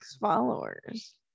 followers